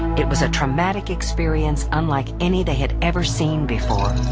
it was a traumatic experience unlike any they had ever seen before.